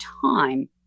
time